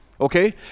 Okay